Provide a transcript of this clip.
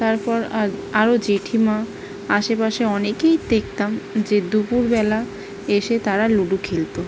তারপর আরও জ্যেঠিমা আশেপাশে অনেকেই দেখতাম যে দুপুরবেলা এসে তারা লুডো খেলত